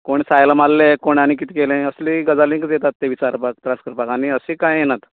कोण सायल मारल्ले कोण आनी किद केलें असली गजालींक येतात तें विचारपाक त्रास करपाक आनी हरशीं काय येनात